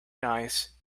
nice